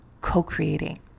co-creating